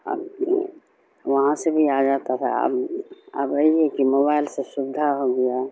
اب وہاں سے بھی آ جاتا تھا اب اب وہی ہے کہ موبائل سے سودھا ہو گیا